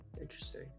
interesting